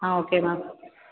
ah okay ma'am